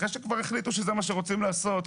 אחרי שכבר החליטו שזה מה שרוצים לעשות,